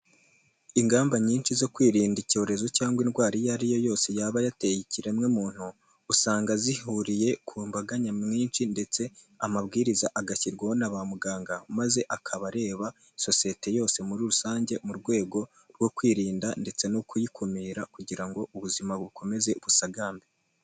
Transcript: Ingamba nyinshi zo kwirinda icyorezo cyangwa indwara iyo ari yo yose yaba yateye ikiremwamuntu, usanga zihuriye ku mbaga nyamwinshi ndetse amabwiriza agashyirwaho na bamuganga, maze akaba areba sosiyete yose muri rusange, mu rwego rwo kwirinda ndetse no kuyikumira kugira ngo ubuzima bukomeze busagambe.